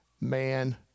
man